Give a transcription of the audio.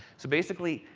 so basically,